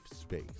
space